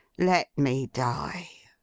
let me die